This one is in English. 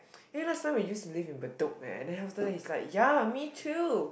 eh last time we used to live in Bedok eh and then after that he's like ya me too